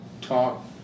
talk